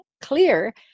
clear